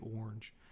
orange